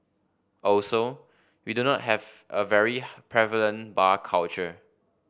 also we do not have a very prevalent bar culture